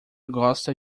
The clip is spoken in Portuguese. gosta